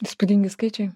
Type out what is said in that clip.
įspūdingi skaičiai